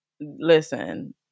listen